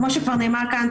כפי שכבר נאמר כאן,